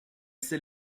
c’est